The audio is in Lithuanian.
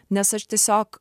nes aš tiesiog